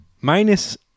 minus